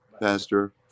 Pastor